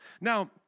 Now